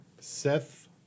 Seth